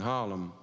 Harlem